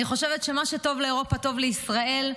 אני חושבת שמה שטוב לאירופה, טוב לישראל.